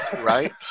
right